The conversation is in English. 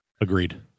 Agreed